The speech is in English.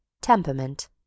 Temperament